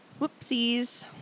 whoopsies